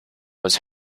was